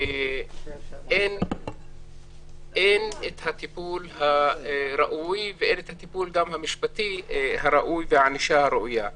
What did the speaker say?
אין את הטיפול הראוי ואין את הטיפול המשפטי הראוי והענישה הראויה.